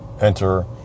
enter